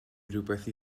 rywbeth